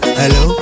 hello